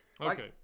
Okay